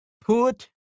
put